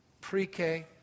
pre-K